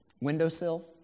windowsill